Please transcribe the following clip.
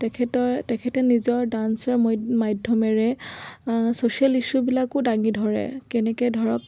তেখেতৰ তেখেতে নিজৰ ডান্সৰ মৈ মাধ্যমেৰে ছ'চিয়েল ইছ্যুবিলাকো দাঙি ধৰে কেনেকৈ ধৰক